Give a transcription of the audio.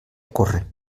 córrer